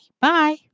Bye